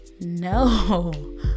no